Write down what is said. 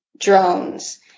drones